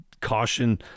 caution